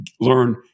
learn